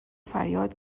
فریاد